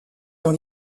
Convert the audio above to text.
dans